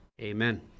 Amen